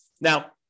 Now